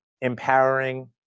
empowering